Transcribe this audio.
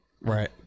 right